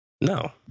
No